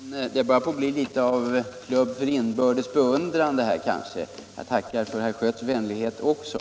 Herr talman! Det börjar kanske bli litet av klubb för inbördes beundran. Jag tackar givetvis för herr Schötts vänlighet också.